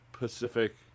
Pacific